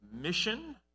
mission